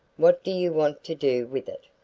what do you want to do with it?